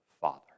father